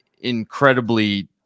incredibly